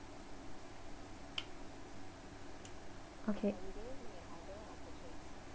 okay